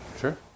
Sure